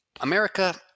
America